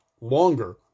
longer